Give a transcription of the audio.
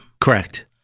Correct